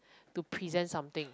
to present something